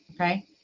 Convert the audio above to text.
Okay